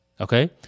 Okay